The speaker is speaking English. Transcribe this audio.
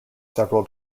several